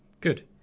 Good